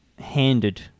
handed